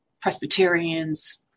Presbyterians